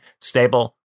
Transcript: stable